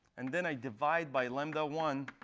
and then i divide by lambda one